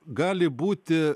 gali būti